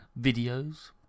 videos